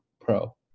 Pro